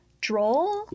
droll